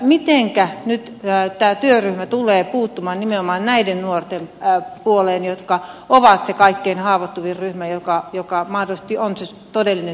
mitenkä nyt tämä työryhmä tulee puuttumaan nimenomaan näiden nuorten asemaan jotka ovat se kaikkein haavoittuvin ryhmä joka mahdollisesti on se todellinen syrjäytyneiden ryhmä